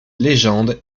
légendes